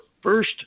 first